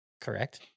Correct